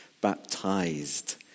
baptized